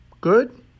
Good